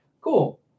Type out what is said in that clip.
Cool